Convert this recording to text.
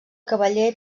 cavaller